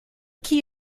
key